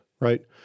right